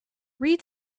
read